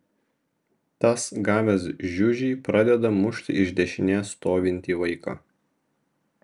tas gavęs žiužį pradeda mušti iš dešinės stovintį vaiką